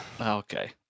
Okay